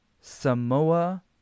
Samoa